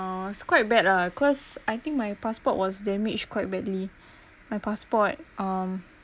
uh was quite bad lah cause I think my passport was damaged quite badly my passport um